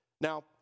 Now